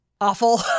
awful